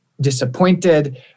disappointed